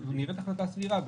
היא נראית החלטה סבירה,